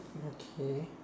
okay